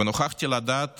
ונוכחתי לדעת